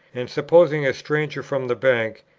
and supposing a stranger from the bank,